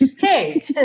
Hey